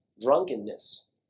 drunkenness